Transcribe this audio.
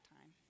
time